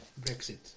Brexit